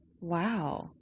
Wow